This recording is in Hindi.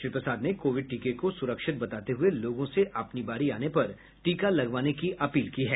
श्री प्रसाद ने कोविड टीके को सुरक्षित बताते हुए लोगों से अपनी बारी आने पर टीका लगवाने की अपील की है